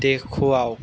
দেখুৱাওক